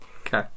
Okay